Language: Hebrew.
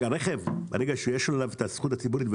ברגע שיש עליו את הזכות הציבורית,